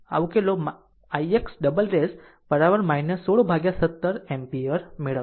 આ ઉકેલો ix' ' 16 ભાગ્યા 17 એમ્પીયર મેળવશે